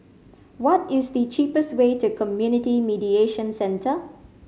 what is the cheapest way to Community Mediation Centre